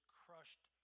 crushed